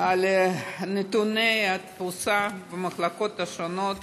על נתוני התפוסה במחלקות השונות